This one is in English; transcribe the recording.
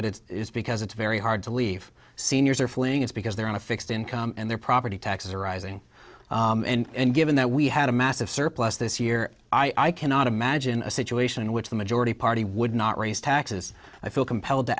get it because it's very hard to leave seniors are feeling it's because they're on a fixed income and their property taxes are rising and given that we had a massive surplus this year i cannot imagine a situation in which the majority party would not raise taxes i feel compelled to